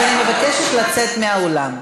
אז אני מבקשת לצאת מהאולם.